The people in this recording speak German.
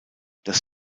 das